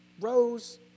rose